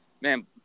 man